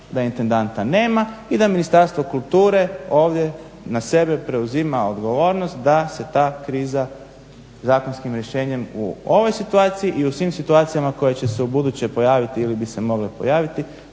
da intendanta nema i da Ministarstvo kulture ovdje na sebe preuzima odgovornost da se ta kriza zakonskim rješenjem u ovom situaciji i u svim situacijama koje će se ubuduće pojaviti ili bi se mogle pojaviti